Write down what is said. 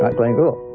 but glenn gould.